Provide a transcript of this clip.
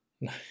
No